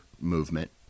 movement